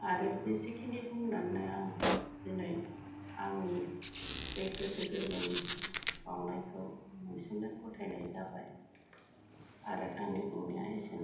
आरो बेसेखिनि बुंनानैनो आं दिनै आंनि बे गोसो गोरबोनि बावनायखौ नोंसोरनो गथायनाय जाबाय आरो आंनि बुंनाया एसेनोसै